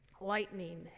Lightning